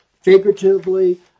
figuratively